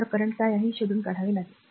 तर वर्तमान काय आहे ते शोधून काढावे लागेल